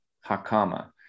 Hakama